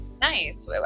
Nice